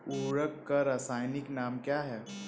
उर्वरक का रासायनिक नाम क्या है?